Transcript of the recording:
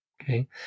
Okay